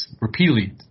repeatedly